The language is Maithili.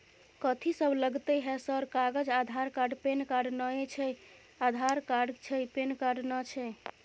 कथि सब लगतै है सर कागज आधार कार्ड पैन कार्ड नए छै आधार कार्ड छै पैन कार्ड ना छै?